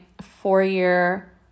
four-year